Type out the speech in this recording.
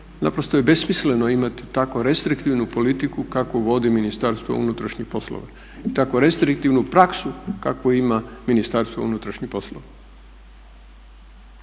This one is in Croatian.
naprosto je besmisleno imati tako restriktivnu politiku kakvu vodi Ministarstvo unutrašnjih poslova i tako restriktivnu praksu kakvu ima Ministarstvo unutrašnjih poslova